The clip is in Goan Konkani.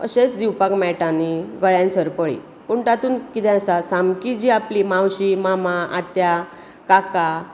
अशेंच दिवापक मेळटा न्ही गळ्यांत सरपळी पूण तातूंत कितें आसा सामकी जी आपली मावशी मामा आत्या काका